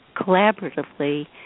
collaboratively